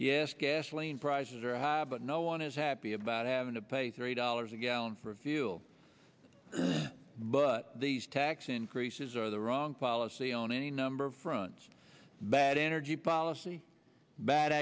yes gasoline prices are high but no one is happy about having to pay three dollars a gallon for fuel but these tax increases are the wrong policy on any number of fronts bad energy policy bad